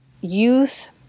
youth